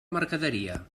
mercaderia